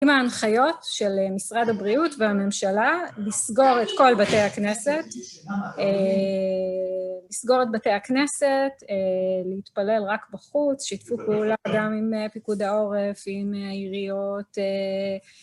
עם ההנחיות של משרד הבריאות והממשלה, לסגור את כל בתי הכנסת, לסגור את בתי הכנסת, להתפלל רק בחוץ, שיתפו פעולה גם עם פיקוד העורף, עם העיריות...